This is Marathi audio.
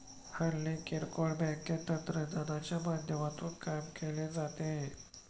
हल्ली किरकोळ बँकेत तंत्रज्ञानाच्या माध्यमातून काम केले जात आहे